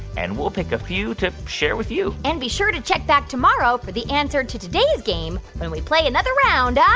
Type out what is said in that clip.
and we'll pick a few to share with you and be sure to check back tomorrow for the answer to today's game, when we play another round ah